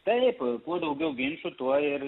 taip kuo daugiau ginčų tuo ir